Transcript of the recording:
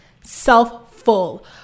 self-full